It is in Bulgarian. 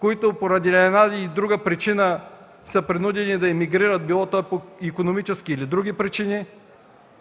които поради една или друга причина са принудени да емигрират, било то по икономически или други причини.